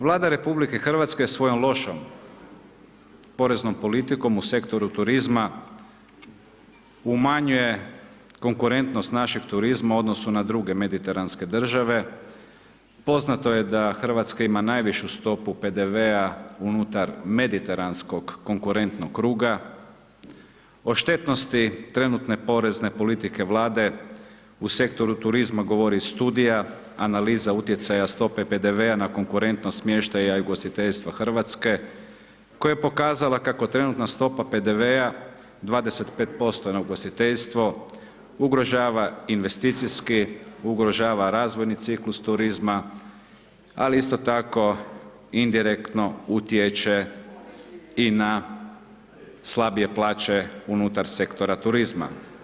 Vlada RH svojom lošom poreznom politikom u sektoru turizma umanjuje konkurentnost našeg turizma u odnosu na druge mediteranske države, poznato je da Hrvatska ima najvišu stopu PDV-a unutar mediteranskog konkurentnog kruga, o štetnosti trenutne porezne politike Vlade u sektoru turizma govori studija analiza utjecaja stope PDV-a na konkurentnost smještaja i ugostiteljstva Hrvatske koja je pokazala kako trenutna stopa PDV-a 25% na ugostiteljstvo, ugrožava investicijski, ugrožava razvojni ciklus turizma ali isto tako indirektno utječe i na slabije plaće unutar sektora turizma.